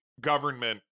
government